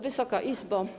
Wysoka Izbo!